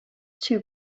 too